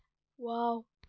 ꯋꯥꯎ